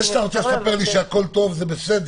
תקשיב, זה שאתה רוצה לספר לי שהכול טוב זה בסדר.